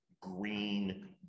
green